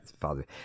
father